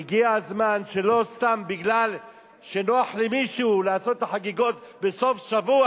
והגיע הזמן שלא סתם כי נוח למישהו לעשות את החגיגות בסוף-שבוע,